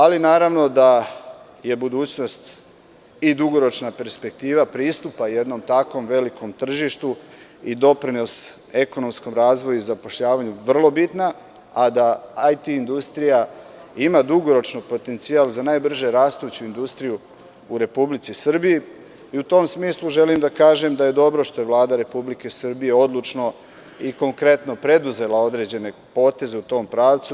Ali, naravno da je budućnost i dugoročna perspektiva pristupa jednom takvom velikom tržištu i doprinos ekonomskom razvoju i zapošljavanju vrlo bitna, a da IT industrija ima dugoročno potencijal za najbrže rastuću industriju u Republici Srbiji i u tom smislu želim da kažem da je dobro što je Vlada Republike Srbije odlučno i konkretno preduzela određene poteze u tom pravcu.